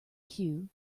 queue